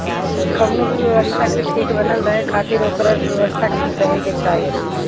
कवनो भी व्यवस्था के ठीक बनल रहे खातिर ओकर अर्थव्यवस्था ठीक रहे के चाही